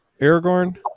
Aragorn